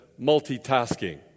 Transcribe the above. multitasking